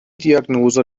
diagnose